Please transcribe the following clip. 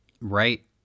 right